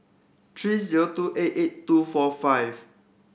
three zero two eight eight two four five